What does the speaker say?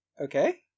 Okay